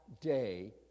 day